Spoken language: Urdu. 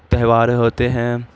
تہوار ہوتے ہیں